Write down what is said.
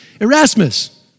Erasmus